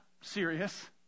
serious